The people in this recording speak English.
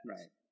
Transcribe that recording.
Right